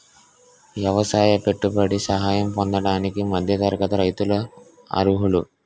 ఎవసాయ పెట్టుబడి సహాయం పొందడానికి మధ్య తరగతి రైతులు అర్హులు